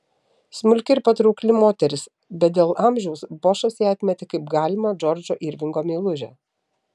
smulki ir patraukli moteris bet dėl amžiaus bošas ją atmetė kaip galimą džordžo irvingo meilužę